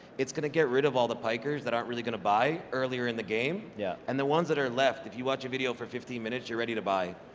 it's gonna get rid of all the pikers that aren't really gonna buy earlier in the game. yeah and the ones that are left, if you watch a video for fifteen minutes, you're ready to buy.